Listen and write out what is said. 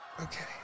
Okay